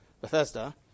Bethesda